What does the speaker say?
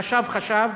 חשב, חשב,